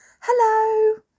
Hello